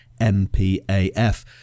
MPAF